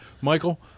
Michael